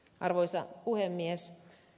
arvoisa puhemies